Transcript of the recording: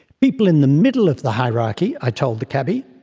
people in the middle of the hierarchy i told the cabbie,